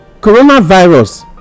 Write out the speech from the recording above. coronavirus